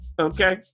Okay